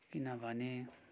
किनभने